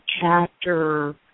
chapter